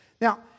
Now